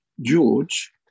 George